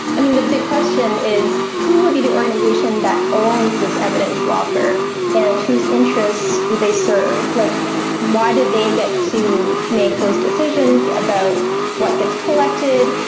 the big question is who will be the organisation that owns this evidence locker and whose interests do they serve? like why do they get to make those decisions about what gets collected,